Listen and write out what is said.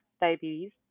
diabetes